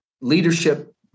leadership